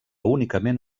únicament